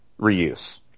reuse